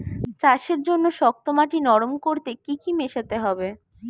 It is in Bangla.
চাষের জন্য শক্ত মাটি নরম করতে কি কি মেশাতে হবে?